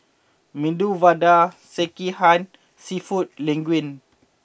Medu Vada Sekihan and Seafood Linguine